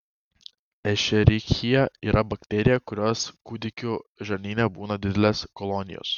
ešerichija yra bakterija kurios kūdikių žarnyne būna didelės kolonijos